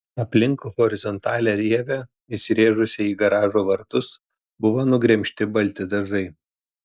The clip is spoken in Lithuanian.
aplink horizontalią rievę įsirėžusią į garažo vartus buvo nugremžti balti dažai